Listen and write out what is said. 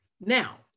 Now